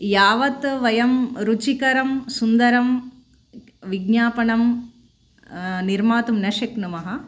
यावत् वयं रुचिकरं सुन्दरं विज्ञापनं निर्मातुं न शक्नुमः